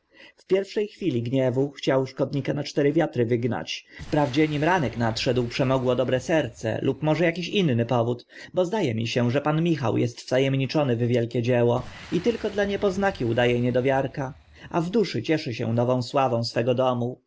w pierwsze chwili gniewu chciał szkodnika na cztery wiatry wygnać wprawdzie nim ranek nadszedł przemogło dobre serce lub może aki inny powód bo zda e mi się że pan michał est wta emniczony w wielkie dzieło i tylko dla niepoznaki uda e niedowiarka a w duszy cieszy się nową sławą swego domu